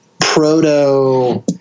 proto –